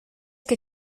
que